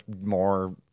more